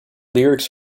lyrics